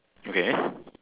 okay